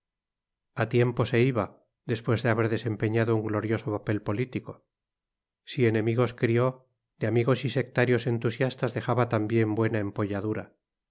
a tiempo se iba después de haber desempeñado un glorioso papel político si enemigos crió de amigos y sectarios entusiastas dejaba también buena